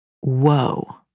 Whoa